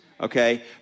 okay